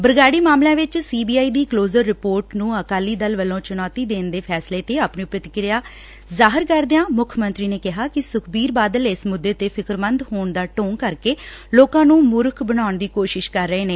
ਬਰਗਾਤੀ ਮਾਮਲਿਆਂ ਵਿੱਚ ਸੀਬੀਆਈ ਦੀ ਕਲੋਜ਼ ਰ ਰਿਪੋਰਟ ਨੂੰ ਅਕਾਲੀ ਦਲ ਵੱਲੋਂ ਚੁਣੌਤੀ ਦੇਣ ਦੇ ਫੈਸਲੇ ਤੇ ਆਪਣੀ ਪ੍ਰਤੀਕਿਰਿਆ ਜ਼ਾਹਰ ਕਰਦਿਆਂ ਮੁੱਖ ਮੰਤਰੀ ਨੇ ਕਿਹਾ ਕਿ ਸੁਖਬੀਰ ਬਾਦਲ ਇਸ ਮੁੱਦੇ ਤੇ ਫਿਕਰਮੰਦ ਹੋਣ ਦਾ ਢੋਂਗ ਕਰਕੇ ਲੋਕਾਂ ਨੂੰ ਮੂਰਖ ਬਣਾਉਣ ਦੀ ਕੋਂ ਿਸ਼ ਸ਼ ਕਰ ਰਿਹੈ